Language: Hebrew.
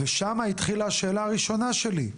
ושמה התחילה השאלה הראשונה שלי,